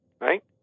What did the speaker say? right